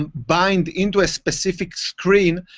and bind into a specific screen,